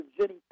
Jenny